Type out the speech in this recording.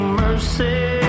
mercy